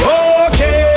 okay